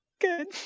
good